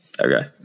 okay